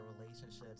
relationships